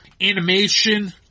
animation